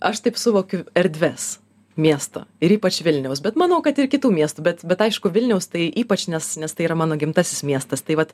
aš taip suvokiu erdves miesto ir ypač vilniaus bet manau kad ir kitų miestų bet bet aišku vilniaus tai ypač nes nes tai yra mano gimtasis miestas tai vat